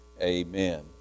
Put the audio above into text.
amen